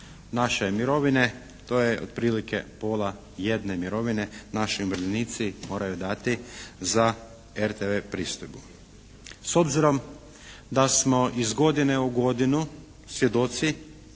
naše mirovine to je otprilike pola jedne mirovine naši umirovljenici moraju dati za RTV pristojbu. S obzirom da smo iz godine u godinu svjedoci